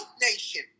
nation